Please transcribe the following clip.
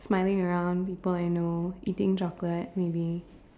smiling around people I know eating chocolate maybe